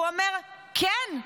הוא אומר: כן,